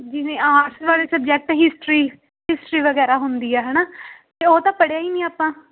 ਜਿਵੇਂ ਆਰਟਸ ਵਾਲੇ subject history history ਵਗੈਰਾ ਹੁੰਦੀ ਆ ਹੈ ਨਾ ਤਾਂ ਉਹ ਤਾਂ ਪੜ੍ਹਿਆ ਹੀ ਨਹੀਂ ਆਪਾਂ